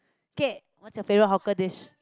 okay what's your favorite hawker dish